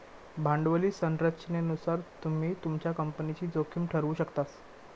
भांडवली संरचनेनुसार तुम्ही तुमच्या कंपनीची जोखीम ठरवु शकतास